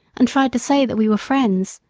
and tried to say that we were friends.